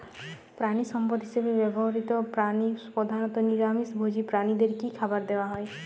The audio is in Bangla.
প্রাণিসম্পদ হিসেবে ব্যবহৃত প্রাণী প্রধানত নিরামিষ ভোজী প্রাণীদের কী খাবার দেয়া হয়?